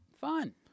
fun